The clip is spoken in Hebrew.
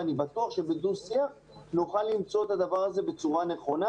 ואני בטוח שבדו שיח נוכל למצוא את הדבר הזה בצורה נכונה,